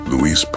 Luis